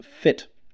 fit